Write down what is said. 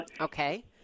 Okay